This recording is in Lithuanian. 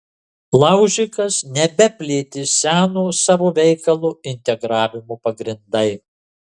laužikas nebeplėtė seno savo veikalo integravimo pagrindai